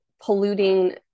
polluting